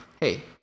hey